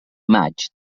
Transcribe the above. maig